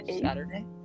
Saturday